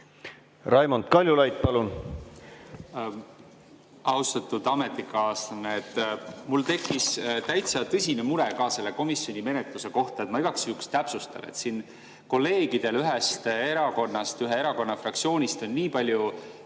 Raimond Kaljulaid, palun!